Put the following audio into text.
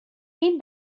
این